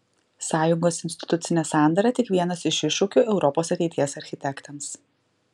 sąjungos institucinė sandara tik vienas iš iššūkių europos ateities architektams